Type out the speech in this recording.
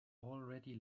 already